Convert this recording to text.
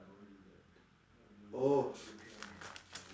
oh